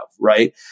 right